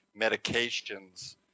medications